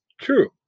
True